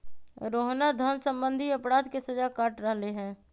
रोहना धन सम्बंधी अपराध के सजा काट रहले है